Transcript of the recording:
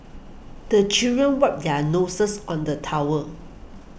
the children wipe their noses on the towel